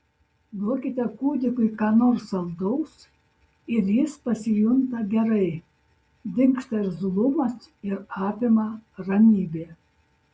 duokite kūdikiui ką nors saldaus ir jis pasijunta gerai dingsta irzlumas ir apima ramybė